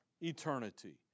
eternity